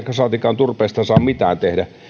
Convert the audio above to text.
saatikka turpeesta ei saa mitään biodieseleitä tehdä